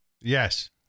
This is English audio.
Yes